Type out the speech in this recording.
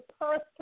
person